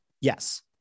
Yes